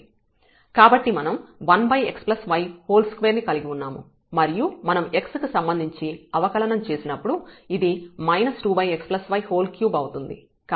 కాబట్టి మనం 1x y2 ని కలిగి ఉన్నాము మరియు మనం x కి సంబంధించి అవకలనం చేసినప్పుడు ఇది 2x y3 అవుతుంది